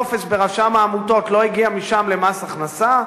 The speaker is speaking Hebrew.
מה קורה אם איזה טופס ברשם העמותות לא הגיע משם למס הכנסה,